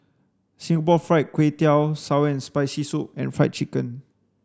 Singapore fried Kway Tiao sour and spicy soup and fried chicken